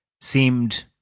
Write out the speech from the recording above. seemed